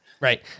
Right